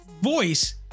voice